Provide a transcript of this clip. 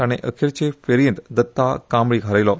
ताणें अखेरचे फेरयेंत दत्ता कांबळीक हारयलो